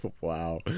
Wow